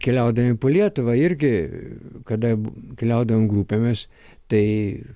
keliaudami po lietuvą irgi kada keliaudavom grupėmis tai